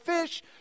fish